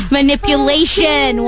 Manipulation